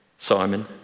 Simon